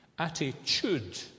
attitude